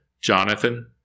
Jonathan